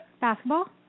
Basketball